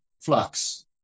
flux